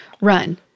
run